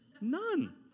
None